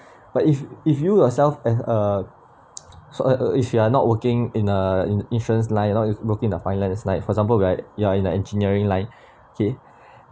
but if if you yourself and uh so if you are not working in a in~ insurance line you're not working in the finance line for example right you're in the engineering line okay